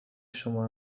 شما